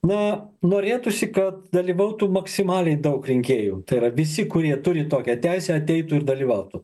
na norėtųsi kad dalyvautų maksimaliai daug rinkėjų tai yra visi kurie turi tokią teisę ateitų ir dalyvautų